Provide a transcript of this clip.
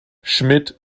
schmidt